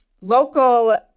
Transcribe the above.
local